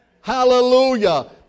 Hallelujah